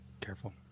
Careful